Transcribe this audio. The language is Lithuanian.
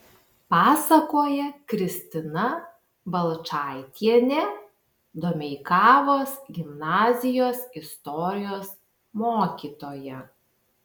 pasakoja kristina balčaitienė domeikavos gimnazijos istorijos mokytoja